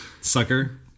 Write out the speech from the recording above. sucker